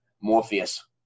Morpheus